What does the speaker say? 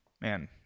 man